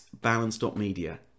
balance.media